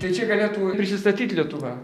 tai čia galėtų prisistatyt lietuva